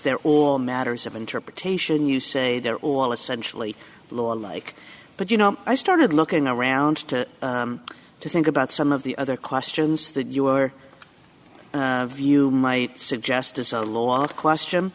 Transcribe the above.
they're all matters of interpretation you say they're all essentially law alike but you know i started looking around to think about some of the other questions that you were view might suggest as a last question